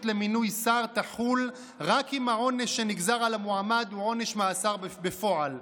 למינוי שר תחול רק אם העונש שנגזר על המועמד הוא עונש מאסר בפועל,